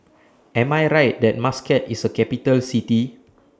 Am I Right that Muscat IS A Capital City